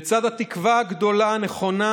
לצד התקווה הגדולה נכונה